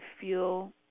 feel